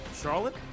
Charlotte